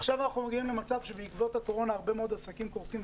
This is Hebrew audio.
עכשיו אנחנו מגיעים למצב שבעקבות הקורונה הרבה מאוד עסקים קורסים,